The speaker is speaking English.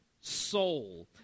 soul